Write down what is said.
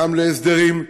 גם להסדרים,